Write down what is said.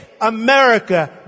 America